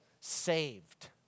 saved